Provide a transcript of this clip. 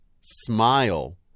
smile